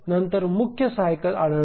नंतर मुख्य सायकल आढळते